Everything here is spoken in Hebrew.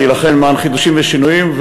להילחם למען חידושים ושינויים,